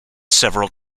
several